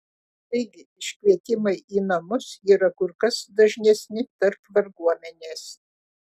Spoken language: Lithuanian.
taigi iškvietimai į namus yra kur kas dažnesni tarp varguomenės